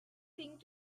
thing